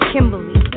Kimberly